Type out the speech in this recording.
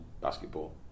basketball